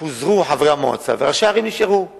פוזרו חברי המועצה וראשי הערים נשארו למעקב.